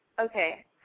Okay